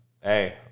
hey